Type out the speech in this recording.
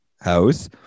house